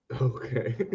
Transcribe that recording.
Okay